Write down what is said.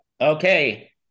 Okay